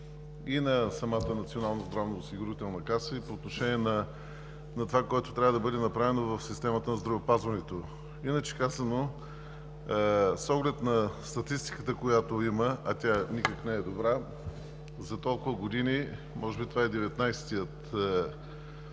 и на самата Национална здравноосигурителна каса, и по отношение на това, което трябва да бъде направено в системата на здравеопазването. Иначе казано, с оглед статистиката, която има, а тя никак не е добра за толкова години, може би това е 19-ият